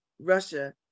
Russia